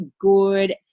good